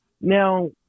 Now